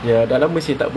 ya